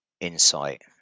insight